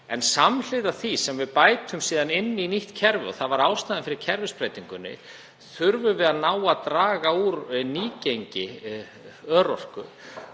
En samhliða því sem við bætum síðan inn í nýtt kerfi, og það var ástæðan fyrir kerfisbreytingunni, þurfum við að ná að draga úr nýgengi örorku.